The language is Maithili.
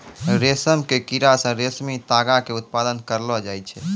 रेशम के कीड़ा से रेशमी तागा के उत्पादन करलो जाय छै